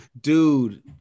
Dude